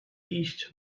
iść